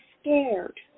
scared